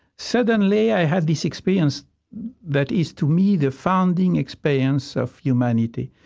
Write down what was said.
suddenly, i had this experience that is, to me, the founding experience of humanity,